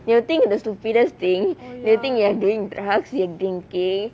they will think the stupidest thing they think you're drink drugs and drinking